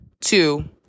two